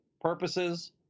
purposes